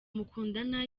mukundana